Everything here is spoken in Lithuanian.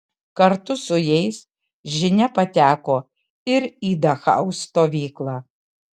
kartu su jais žinia pateko ir į dachau stovyklą